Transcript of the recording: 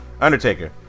Undertaker